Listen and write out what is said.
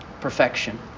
Perfection